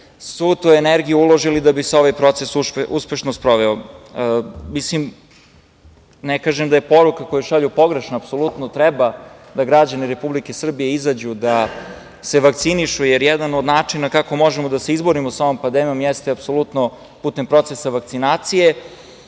svu tu energiju uložili da bi se ovaj proces uspešno sproveo. Ne kažem da je poruka koju šalju pogrešna. Apsolutno treba da građani Republike Srbije izađu i da se vakcinišu, jer jedan od načina kako možemo da se izborimo sa ovom pandemijom jeste apsolutno putem procesa vakcinacije. Svakako